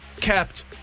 kept